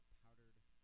powdered